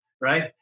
right